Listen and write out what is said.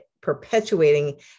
perpetuating